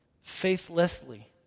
faithlessly